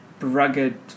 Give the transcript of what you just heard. rugged